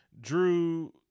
Drew